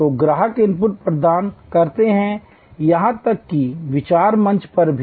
तो ग्राहक इनपुट प्रदान करते हैं यहां तक कि विचार मंच पर भी